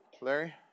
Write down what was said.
Larry